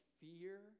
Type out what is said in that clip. fear